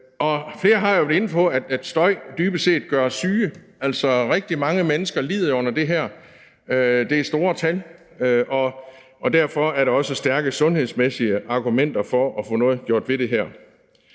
Flere har jo været inde på, at støj dybest set gør os syge. Altså, rigtig mange mennesker lider under det her. Det er store tal, og derfor er der også stærke sundhedsmæssige argumenter for at få gjort noget ved de her.